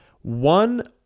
one